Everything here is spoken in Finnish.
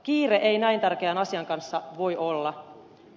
kiire ei näin tärkeän asian kanssa voi olla